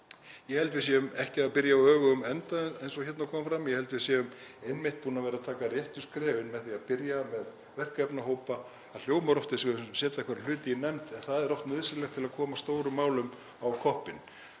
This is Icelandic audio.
Ég held að við séum ekki að byrja á öfugum enda eins og hér kom fram. Ég held að við séum einmitt búin að vera að taka réttu skrefin með því að byrja með verkefnahópa. Það hljómar oft eins og við séum að setja einhverja hluti í nefnd en það er oft nauðsynlegt til að koma stórum málum á koppinn.